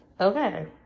Okay